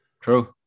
true